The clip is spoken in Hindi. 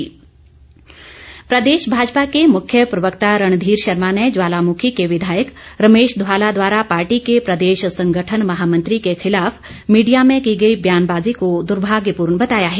रणधीर शर्मा प्रदेश भाजपा के मुख्य प्रवक्ता रणधीर शर्मा ने ज्वालामुखी के विधायक रमेश धवाला द्वारा पार्टी के प्रदेश संगठन महामंत्री के खिलाफ मीडिया में की गई बयानबाजी को दुर्भाग्यपूर्ण बताया है